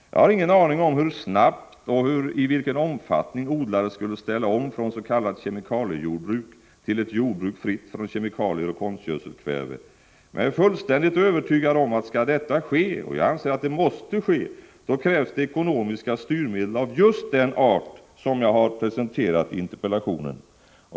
Jag har ingen aning om hur snabbt eller i vilken omfattning odlare skulle ställa om från s.k. kemikaliejordbruk till ett jordbruk fritt från kemikalier och konstgödselkväve, men jag är fullständigt övertygad om att skall detta ske — och jag anser att det måste ske — så krävs det ekonomiska styrmedel av just den art som jag har presenterat i interpellationen.